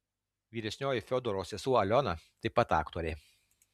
vyresnioji fiodoro sesuo aliona taip pat aktorė